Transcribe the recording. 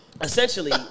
essentially